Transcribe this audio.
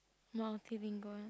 no keep in going